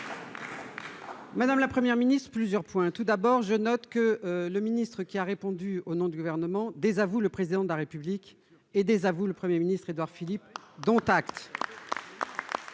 Madame la première ministre plusieurs points tout d'abord, je note que le ministre qui a répondu au nom du gouvernement désavoue le président de la République et désavoue le Premier ministre, Édouard Philippe, dont acte.